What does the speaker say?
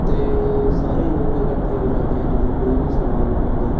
ਅਤੇ ਸਾਰੇ ਲੋਕ ਇਕੱਠੇ ਹੋ ਜਾਂਦੇ ਆ ਜਦੋਂ ਕੋਈ ਵੀ ਸਮਾਗਮ ਹੁੰਦਾ